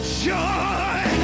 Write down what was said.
joy